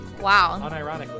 Wow